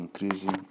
increasing